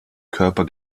körper